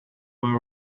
were